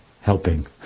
helping